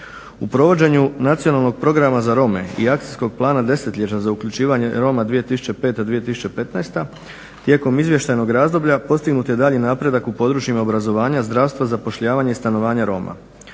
U provođenju Nacionalnog programa za Rome i Akcijskog plana desetljeća za uključivanje Roma 2005.-2015. tijekom izvještajnog razdoblja postignut je daljnji napredak u područjima obrazovanja, zdravstva, zapošljavanja i stanovanja Roma.